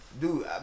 Dude